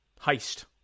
heist